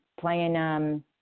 playing